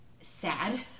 sad